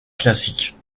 classique